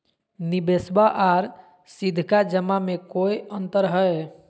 निबेसबा आर सीधका जमा मे कोइ अंतर हय?